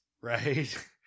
right